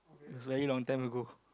it's very long time ago